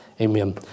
Amen